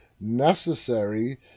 necessary